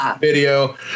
video